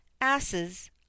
asses